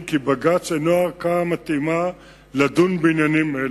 כי בג"ץ אינו הערכאה המתאימה לדון בעניינים אלה,